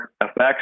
effects